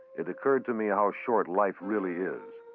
it occurred to me how short life really is,